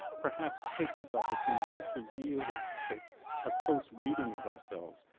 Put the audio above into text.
perhaps take this opportunity to really take a close reading of ourselves,